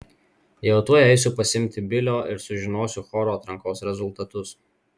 jau tuoj eisiu pasiimti bilio ir sužinosiu choro atrankos rezultatus